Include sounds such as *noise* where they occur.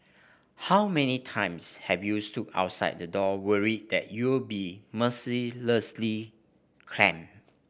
how many times have you stood outside the door worried that you'll be *unintelligible* mercilessly clamped